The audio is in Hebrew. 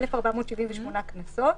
1,478 קנסות.